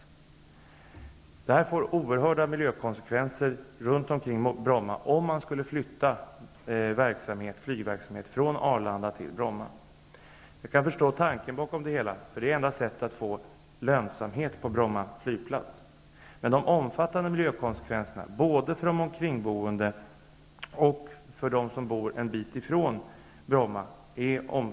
Bromma, skulle detta få oerhörda miljökonsekvenser runt omkring Bromma. Jag kan förstå tanken bakom det hela. Det är det enda sättet att åstadkomma lönsamhet på Bromma flygplats. Men miljökonsekvenserna blir omfattande, både för de omkringboende och för dem som bor en bit ifrån Bromma.